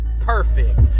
perfect